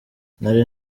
nari